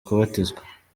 kubatizwa